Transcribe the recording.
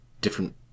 different